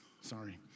Sorry